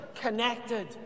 connected